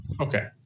Okay